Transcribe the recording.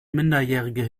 minderjährige